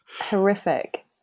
Horrific